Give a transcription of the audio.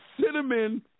cinnamon